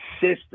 system